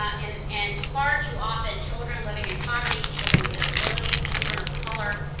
and and far too often, children living in poverty, children with disabilities, children of color,